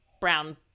brown